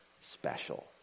special